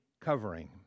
covering